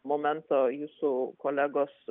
momento jūsų kolegos